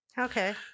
Okay